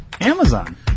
Amazon